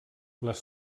les